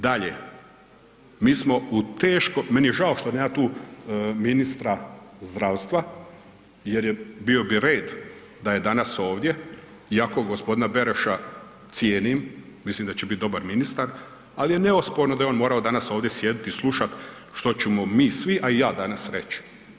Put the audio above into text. Dalje, meni je žao što nema tu ministra zdravstva jer bio bi red da je danas ovdje iako g. Beroša cijenim, mislim da će biti dobar ministar ali je neosporno da je on morao danas ovdje sjediti i slušat što ćemo mi svi a i ja danas reći.